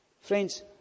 Friends